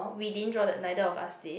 we didn't draw the neither of us did